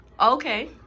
Okay